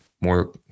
more